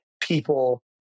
people